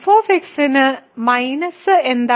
f ന്റെ എന്താണ്